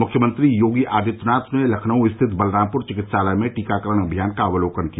मुख्यमंत्री योगी आदित्यनाथ ने लखनऊ स्थित बलरामप्र चिकित्सालय में टीकाकरण अभियान का अवलोकन किया